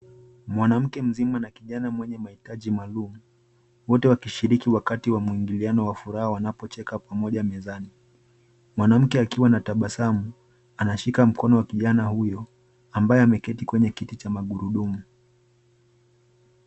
Mwanamke mzima na kijana mwenye mahitaji maalum wote wakishiriki wakati wa mwingiliano wa furaha wanapocheka pamoja mezani. Mwanamke akiwa na tabasamu anashika mkono wa kijana huyo ambaye ameketi kwenye kiti cha magurudumu.